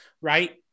Right